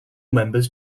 members